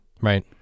Right